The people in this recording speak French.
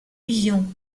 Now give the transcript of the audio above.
visions